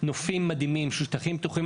נופים מדהימים של שטחים פתוחים.